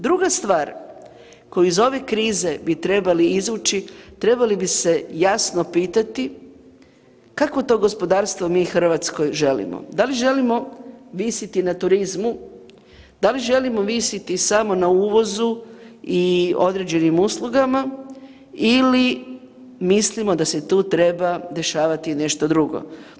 Druga stvar, koju iz ove krize bi trebali izvući, trebali bi se jasno pitati kakvo to gospodarstvo mi Hrvatskoj želimo, da li želimo visiti na turizmu, da li želimo visiti samo na uvozu i određenim uslugama ili mislimo da se tu treba dešavati nešto drugo.